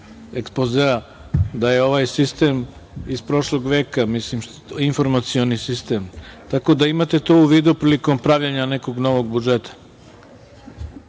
da je ovaj sistem iz prošlog veka, mislim informacioni sistem, tako da imate to u vidu prilikom pravljenja nekog novog budžeta.